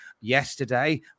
yesterday